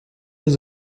les